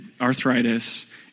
arthritis